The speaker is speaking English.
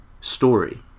story